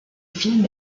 film